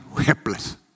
helpless